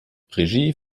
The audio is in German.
regie